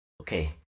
okay